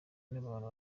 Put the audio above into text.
n’abantu